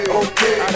okay